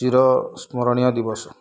ଚିର ସ୍ମରଣୀୟ ଦିବସ